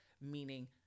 meaning